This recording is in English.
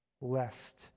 lest